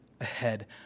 ahead